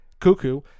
cuckoo